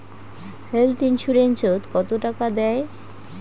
Health insurance ওত কত টাকা দেয়?